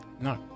No